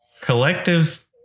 collective